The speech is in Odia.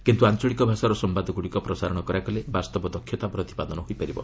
କିନ୍ତୁ ଆଞ୍ଚଳିକ ଭାଷାର ସମ୍ଭାଦଗୁଡ଼ିକ ପ୍ରସାରଣ କରାଗଲେ ବାସ୍ତବ ଦକ୍ଷତା ପ୍ରତିପାଦନ ହୋଇପାରିବ